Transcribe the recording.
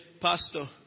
Pastor